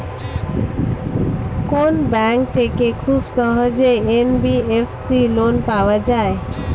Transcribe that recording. কোন ব্যাংক থেকে খুব সহজেই এন.বি.এফ.সি লোন পাওয়া যায়?